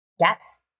yes